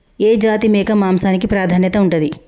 ఏ జాతి మేక మాంసానికి ప్రాధాన్యత ఉంటది?